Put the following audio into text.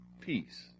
Peace